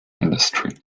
industry